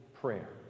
prayer